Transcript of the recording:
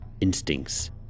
Instincts